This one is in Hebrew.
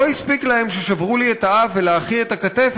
לא הספיק להם ששברו לי את האף ולאחי את הכתף,